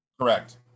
Correct